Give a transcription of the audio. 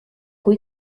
kui